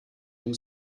dem